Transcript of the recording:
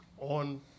on